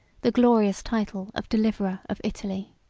the glorious title of deliverer of italy.